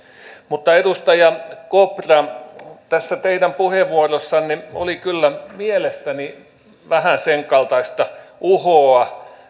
mutta edustaja kopra tässä teidän puheenvuorossanne oli kyllä mielestäni vähän sen kaltaista uhoa